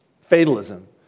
fatalism